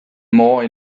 more